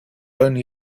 only